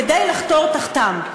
כדי לחתור תחתם.